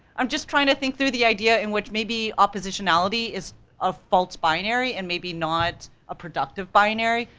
i'm just trying to think through the idea in which maybe oppositionality is a fault binary, and maybe not a productive binary,